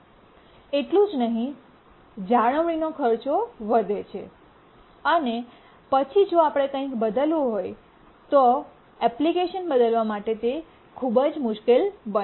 એટલું જ નહીં જાળવણીનો ખર્ચ વધે છે અને પછી જો આપણે કંઈક બદલવું હોય તો એપ્લિકેશન બદલવા માટે તે ખૂબ મુશ્કેલ બને છે